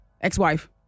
ex-wife